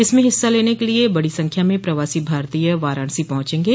इसमें हिस्सा लेने के लिये बड़ी संख्या में प्रवासी भारतीय वाराणसी पहुंचेंगे